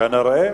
כנראה.